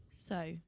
So-